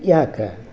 ಯಾಕೆ